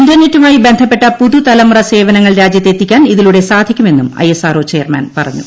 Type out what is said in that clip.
ഇന്റർനെറ്റുമായി ബന്ധപ്പെട്ട പുതുതലമുറ സേവനങ്ങൾ രാജ്യത്ത് എത്തിക്കാൻ ഇതിലൂടെ സാധിക്കുമെന്നും I S R O chairman പറഞ്ഞു